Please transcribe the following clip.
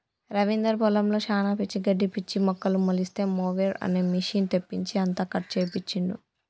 రవీందర్ పొలంలో శానా పిచ్చి గడ్డి పిచ్చి మొక్కలు మొలిస్తే మొవెర్ అనే మెషిన్ తెప్పించి అంతా కట్ చేపించిండు